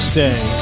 Stay